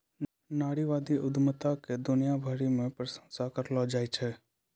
नारीवादी उद्यमिता के दुनिया भरी मे प्रशंसा करलो जाय छै